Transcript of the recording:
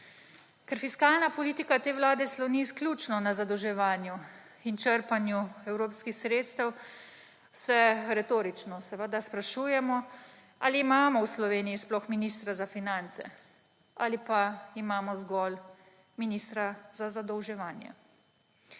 Ker fiskalna politika te vlade sloni izključno na zadolževanju in črpanju evropskih sredstev, se retorično seveda, sprašujemo, ali imamo v Sloveniji sploh ministra za finance ali pa imamo zgolj ministra za zadolževanje.